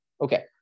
Okay